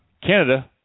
Canada